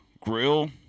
grill